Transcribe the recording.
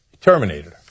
Terminated